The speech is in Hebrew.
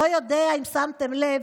לא יודע אם שמתם לב,